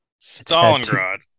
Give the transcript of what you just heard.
Stalingrad